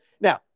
Now